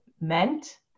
meant